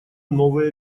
новые